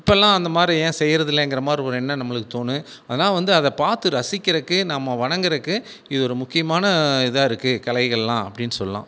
இப்போலாம் அந்தமாதிரி ஏன் செய்கிறது இல்லைங்கிற மாதிரி இருக்கும் ஒரு எண்ணம் நம்மளுக்கு தோணும் அதுதான் வந்து அதை பார்த்து ரசிக்கிறக்கே நம்ம வணங்கிறக்கு இது ஒரு முக்கியமான இதாக இருக்குது கலைகள்லாம் அப்படின்னு சொல்லெலாம்